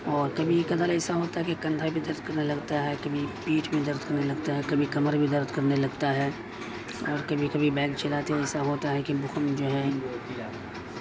اور کبھی کدھار ایسا ہوتا ہے کہ کندھا بھی درد کرنے لگتا ہے کبھی پیٹھ بھی درد کرنے لگتا ہے کبھی کمر بھی درد کرنے لگتا ہے اور کبھی کبھی بیگ چلاتے ایسا ہوتا ہے کہ بخل جو ہے